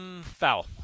Foul